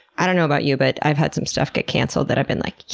i don't know about you, but i've had some stuff get cancelled that i've been like,